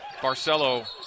Barcelo